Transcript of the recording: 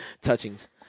touchings